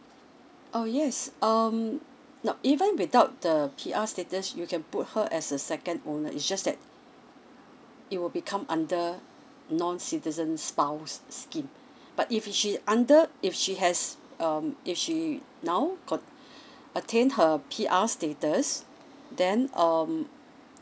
oh yes um now even without the P_R status you can put her as a second owner it's just that it will become under non citizen spouse scheme but if she under if she has um if she now got attained her P_R status then um